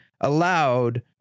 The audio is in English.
allowed